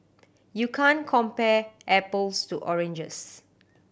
you can't compare apples to oranges